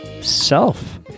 self